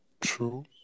true